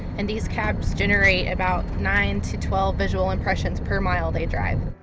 and these caps generate about nine to twelve visual impressions per mile they drive.